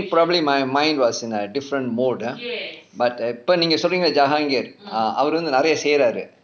probably my mind was in a different mode ah but இப்போ நீங்க சொல்றிங்க:ippo ninga solringa jahagnir ah அவரு வந்து நிறைய செய்றாரு:avaru vanthu niraiya seyraaru